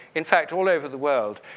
in fact all over the world,